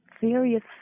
various